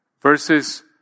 verses